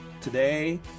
Today